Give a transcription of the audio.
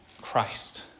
Christ